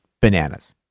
bananas